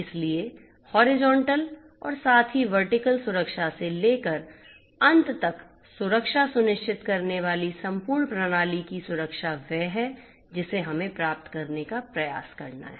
इसलिए हॉरिजॉन्टल और साथ ही वर्टीकल सुरक्षा से लेकर अंत तक सुरक्षा सुनिश्चित करने वाली संपूर्ण प्रणाली की सुरक्षा वह है जिसे हमें प्राप्त करने का प्रयास करना है